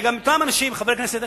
חבר הכנסת,